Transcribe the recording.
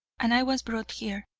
and i was brought here.